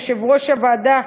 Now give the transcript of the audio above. יושב-ראש הוועדה,